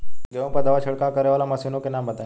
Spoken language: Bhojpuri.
गेहूँ पर दवा छिड़काव करेवाला मशीनों के नाम बताई?